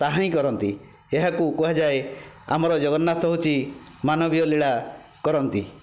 ତାହାହିଁ କରନ୍ତି ଏହାକୁ କୁହାଯାଏ ଆମର ଜଗନ୍ନାଥ ହେଉଛି ମାନବୀୟ ଲୀଳା କରନ୍ତି